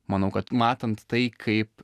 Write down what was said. manau kad matant tai kaip